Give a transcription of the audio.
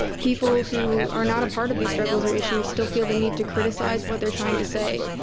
people who are not a part of these struggles or issues still feel the need to criticize what they're trying to say.